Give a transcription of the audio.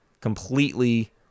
completely